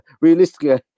realistically